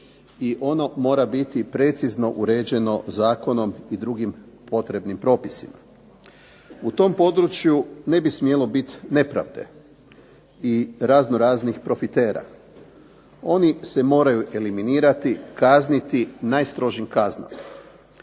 i ono mora biti precizno uređeno zakonom i drugim potrebnim propisima. U tom području ne bi smjelo biti nepravde i razno raznih profitera. Oni se moraju eliminirati i kazniti najstrožijim kaznama.